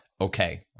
okay